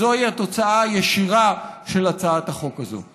זוהי התוצאה הישירה של הצעת החוק הזו.